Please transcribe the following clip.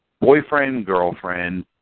boyfriend-girlfriend